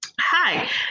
Hi